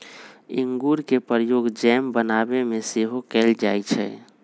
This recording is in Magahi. इंगूर के प्रयोग जैम बनाबे में सेहो कएल जाइ छइ